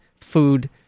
food